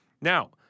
Now